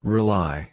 Rely